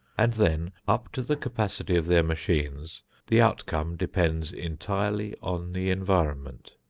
and then up to the capacity of their machines the outcome depends entirely on the environment.